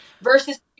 versus